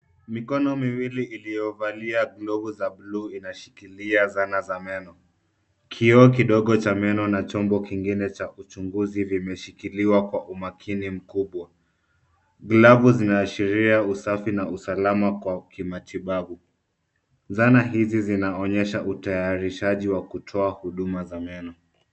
Mikono miwili ilovalia glovu za buluu inashikilia zana za meno kioo kidogo cha meno na chombo kingine cha uchunguzi vimeshikiliwa kwa umakini mkubwa. Glavu zinaashiria usafi na usalama kwa kimatibabu. Dhana hizi zinaonyesha utayarishaji wa kutoa huduma za meno.